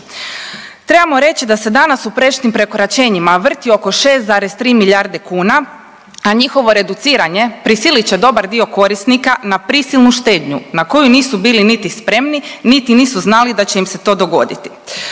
Treba reći da se danas u prešutnim prekoračenjima vrti oko 6,3 milijarde kuna, a njihovo reduciranja prisilit će dobar dio korisnika na prisilnu štednju na koju nisu bili niti spremni, niti nisu znali da će im se to dogoditi.